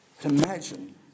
Imagine